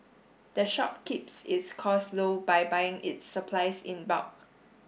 the shop keeps its costs low by buying its supplies in bulk